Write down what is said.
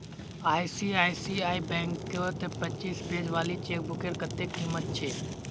ICICI बैंकत पच्चीस page वाली चेकबुकेर कत्ते कीमत छेक